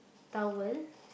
towel